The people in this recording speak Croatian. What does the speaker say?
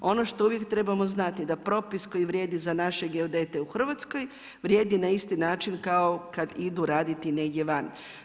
Ono što uvijek trebamo znati, da propis koji vrijedi za naše geodete u Hrvatskoj, vrijedi na isti način kao kad idu raditi negdje van.